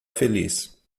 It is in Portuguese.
feliz